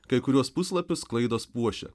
kai kuriuos puslapius klaidos puošia